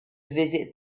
visit